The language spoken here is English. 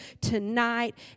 tonight